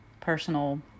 personal